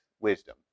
wisdom